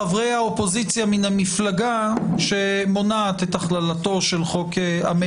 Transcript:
חברי האופוזיציה מן המפלגה שמונעת את הכללתו של חוק המטרו.